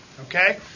Okay